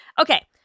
Okay